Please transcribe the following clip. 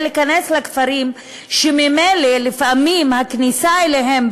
להיכנס לכפרים שממילא לפעמים הכניסה אליהם,